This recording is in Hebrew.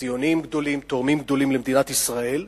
ציונים גדולים, תורמים גדולים למדינת ישראל,